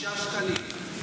6 שקלים.